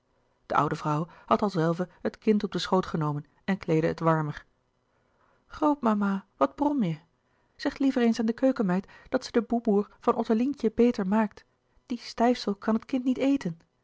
de oude vrouw had al zelve het kind op den schoot genomen en kleedde het warmer grootmama wat brom je zeg liever eens aan de keukenmeid dat ze de boeboer van ottelientje beter maakt die stijfsel kan het kind niet eten